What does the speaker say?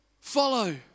follow